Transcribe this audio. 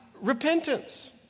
repentance